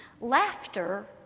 Laughter